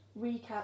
recap